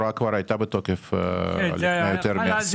ההוראה כבר הייתה בתוקף לפני יותר מעשור.